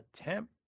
attempt